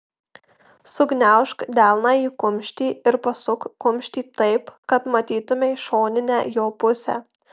sugniaužk delną į kumštį ir pasuk kumštį taip kad matytumei šoninę jo pusę